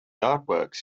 artworks